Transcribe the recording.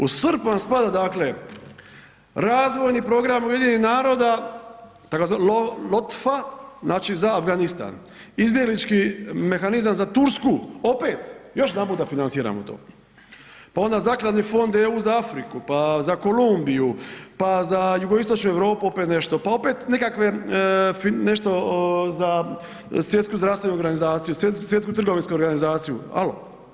U SRP vam spada dakle razvojni program UN-a, tzv. LOTFA, znači za Afganistan, izbjeglički mehanizam za Tursku, opet, još jedanput financiramo to pa onda zakladni fond EU za Afriku pa Kolumbiju pa za jugoistočnu Europu opet nešto pa opet nešto za Svjetsku zdravstvenu organizaciju, Svjetsku trgovinsku organizaciju, halo.